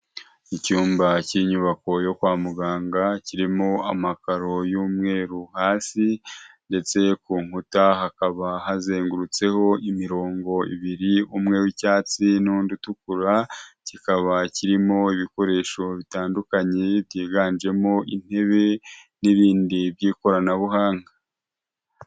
Icyumba k'inyubako yo kwa muganga, kirimo amakaro y'umweru hasi, ndetse ku nkuta hakaba hazengurutseho imirongo ibiri, umwe w'icyatsi n'undi utukura, kikaba kirimo ibikoresho bitandukanye byiganjemo intebe n'ibindi by'ikoranabuhanga.